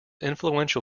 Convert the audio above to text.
influential